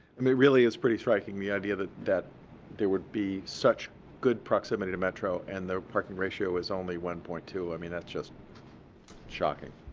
i mean really it's pretty striking, the idea that that there would be such good proximity to metro, and the parking ratio is only one point two. i mean, that's just shocking,